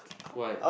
what